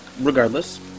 regardless